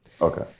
Okay